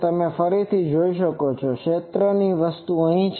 તમે ફરીથી જોઈ શકો છો કે ક્ષેત્રની વસ્તુ અહીં છે